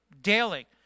daily